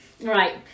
Right